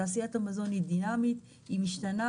תעשיית המזון היא דינמית היא משתנה